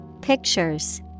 pictures